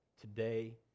today